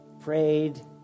Prayed